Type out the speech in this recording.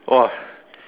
!wah!